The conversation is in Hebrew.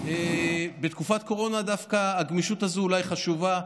בתקופת קורונה דווקא הגמישות הזאת אולי חשובה,